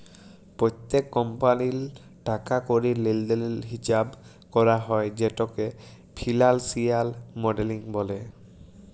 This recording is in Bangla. প্যত্তেক কমপালির টাকা কড়ির লেলদেলের হিচাব ক্যরা হ্যয় যেটকে ফিলালসিয়াল মডেলিং ব্যলে